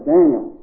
Daniel